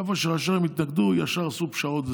איפה שראשי ערים התנגדו, ישר עשו פשרות.